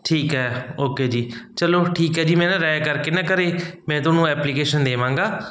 ਠੀਕ ਹੈ ਓਕੇ ਜੀ ਚਲੋ ਠੀਕ ਹੈ ਜੀ ਮੈਂ ਨਾ ਰਾਏ ਕਰਕੇ ਨਾ ਘਰ ਮੈਂ ਤੁਹਾਨੂੰ ਐਪਲੀਕੇਸ਼ਨ ਦੇਵਾਂਗਾ